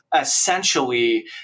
essentially